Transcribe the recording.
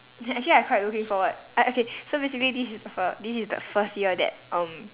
actually I quite looking forward I okay so basically this is the fir~ this is the first year that um